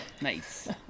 Nice